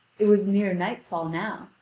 it was near nightfall now,